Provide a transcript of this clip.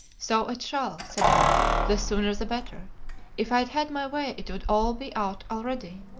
so it shall said i the sooner the better if i'd had my way it would all be out already.